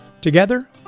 Together